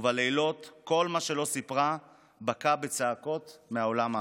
ובלילות כל מה שלא סיפרה בקע בצעקות מהעולם האחר.